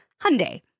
Hyundai